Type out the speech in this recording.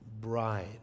bride